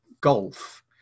golf